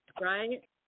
Right